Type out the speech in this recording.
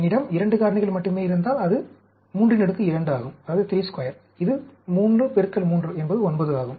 என்னிடம் 2 காரணிகள் மட்டும் இருந்தால் அது 32 ஆகும் இது 3 3 என்பது 9 ஆகும்